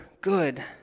good